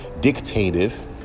Dictative